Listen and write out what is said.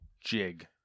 jig